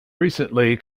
recently